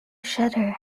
shudder